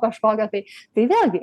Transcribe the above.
kažkokio tai tai vėlgi